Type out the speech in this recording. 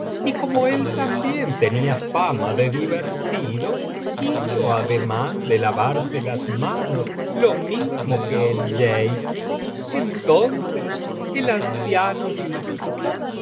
y como él tenía también fama de divertido hizo ademan de lavarse las manos lo mismo que el jeibiblioteca valenciana generalitat valenciana las mil noches y una noche que entonces el anciano dijo oh